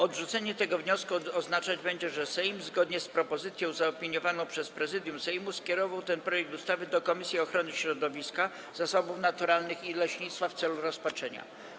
Odrzucenie tego wniosku oznaczać będzie, że Sejm, zgodnie z propozycją zaopiniowaną przez Prezydium Sejmu, skierował ten projekt ustawy do Komisji Ochrony Środowiska, Zasobów Naturalnych i Leśnictwa w celu rozpatrzenia.